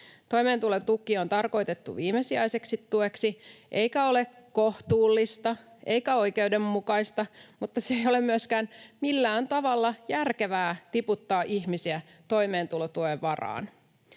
Toimeentulotuki on tarkoitettu viimesijaiseksi tueksi, eikä ole kohtuullista eikä oikeudenmukaista mutta ei ole myöskään millään tavalla järkevää tiputtaa ihmisiä toimeentulotuen varaan.